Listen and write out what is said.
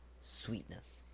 sweetness